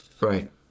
right